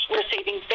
receiving